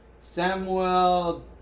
Samuel